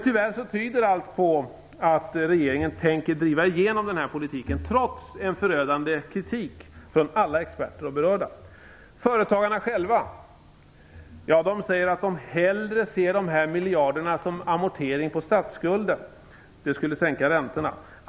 Tyvärr tyder allt på att regeringen tänker driva igenom den här politiken trots en förödande kritik från alla experter och berörda. Företagarna själva säger att de hellre ser de här miljarderna som amortering på statsskulden, vilket skulle sänka räntorna.